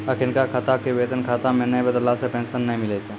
अखिनका खाता के वेतन खाता मे नै बदलला से पेंशन नै मिलै छै